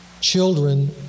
Children